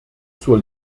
zur